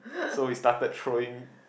so we started throwing